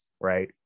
right